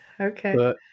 okay